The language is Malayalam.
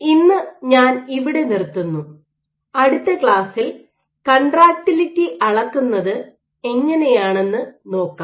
ഇന്ന് ഞാൻ ഇവിടെ നിർത്തുന്നു അടുത്ത ക്ലാസ്സിൽ കൺട്രാക്റ്റിലിറ്റി അളക്കുന്നത് എങ്ങനെയാണെന്ന് നോക്കാം